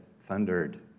thundered